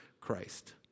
Christ